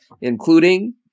including